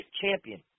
champion